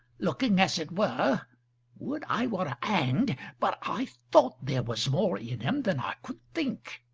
looking as it were would i were hanged, but i thought there was more in him than i could think.